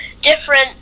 different